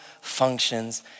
functions